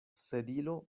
sedilo